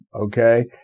okay